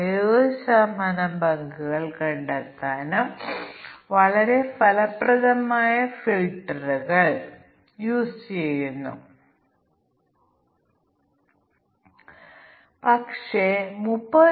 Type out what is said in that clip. അതിനാൽ ഇത് ഒരു പ്രശ്നത്തിനുള്ള ബ്ലാക്ക് ബോക്സ് സ്പെസിഫിക്കേഷനാണ് തുടർന്ന് അത് നോക്കിക്കൊണ്ട് ഞങ്ങൾ ഈ തീരുമാന പട്ടിക വികസിപ്പിക്കുന്നു